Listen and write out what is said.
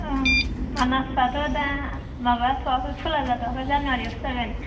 ओं मानासाथ' दा माबाथ'आखै खुला जाथ'आखै जानुवारियावसो जागोन